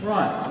Right